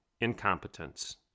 incompetence